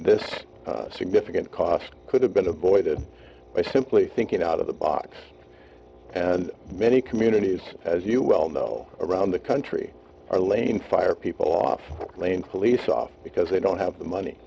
this significant cost could have been avoided by simply thinking out of the box and many communities as you well know around the country are laying fire people off lane police off because they don't have the money